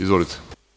Izvolite.